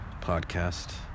podcast